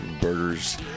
Burgers